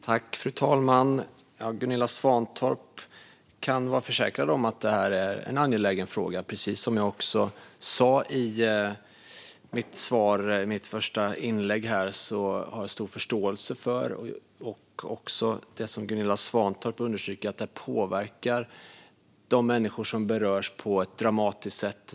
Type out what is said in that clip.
Fru talman! Jag kan försäkra Gunilla Svantorp om att det här är en angelägen fråga. Precis som jag också sa i mitt interpellationssvar och första inlägg här har jag stor förståelse för det som Gunilla Svantorp understryker, att detta påverkar de människor som berörs på ett dramatiskt sätt.